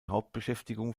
hauptbeschäftigung